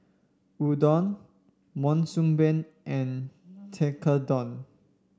Udon Monsunabe and Tekkadon